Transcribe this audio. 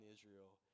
Israel